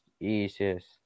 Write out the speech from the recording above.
easiest